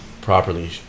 properly